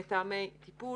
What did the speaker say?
מתאמי טיפול,